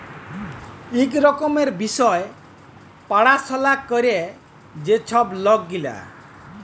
ইক রকমের বিষয় পাড়াশলা ক্যরে ছব লক গিলা